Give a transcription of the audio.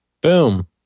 Boom